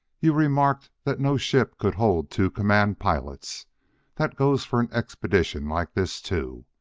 you remarked that no ship could hold two commanding pilots that goes for an expedition like this, too.